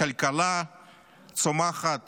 כלכלה צומחת